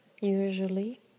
usually